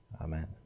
Amen